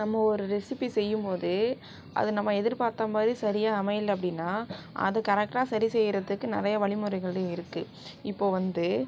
நம்ம ஒரு ரெசிபி செய்யும்போது அது நம்ம எதிர்பார்த்த மாதிரி சரியாக அமையலை அப்படின்னா அது கரெக்டாக சரி செய்கிறதுக்கு நிறைய வழிமுறைகளும் இருக்குது இப்போது வந்து